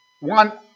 one